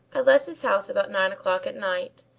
i left his house about nine o'clock at night,